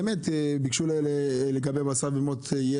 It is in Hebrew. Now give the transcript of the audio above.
באמת, ביקשו לגבי בשר ודגים.